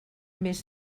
més